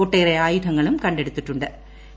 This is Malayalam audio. ഒട്ടേറെ ആയുധങ്ങളും കടുത്തിട്ടു്